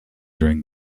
during